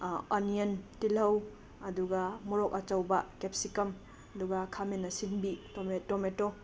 onion ꯇꯤꯜꯍꯧ ꯑꯗꯨꯒ ꯃꯣꯔꯣꯛ ꯑꯆꯧꯕ ꯀꯦꯞꯁꯤꯀꯝ ꯑꯗꯨꯒ ꯈꯥꯃꯦꯟ ꯑꯁꯤꯟꯕꯤ ꯇꯣꯃꯦ ꯇꯣꯃꯦꯇꯣ